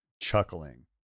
chuckling